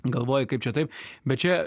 galvoji kaip čia taip bet čia